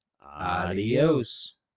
adios